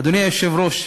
אדוני היושב-ראש,